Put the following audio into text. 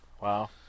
Wow